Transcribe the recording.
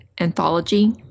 anthology